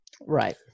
Right